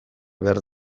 behar